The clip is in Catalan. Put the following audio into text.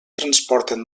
transporten